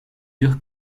eurent